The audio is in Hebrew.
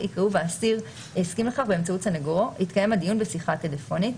יקראו "והאסיר הסכים לכך באמצעות סנגורו - יתקיים הדיון בשיחה טלפונית".